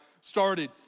started